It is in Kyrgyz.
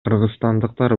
кыргызстандыктар